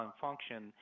function